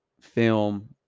film